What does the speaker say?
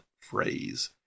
phrase